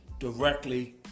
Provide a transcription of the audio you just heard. Directly